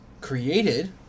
created